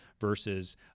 versus